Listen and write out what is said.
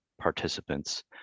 participants